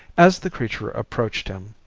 as the creature approached him,